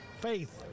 faith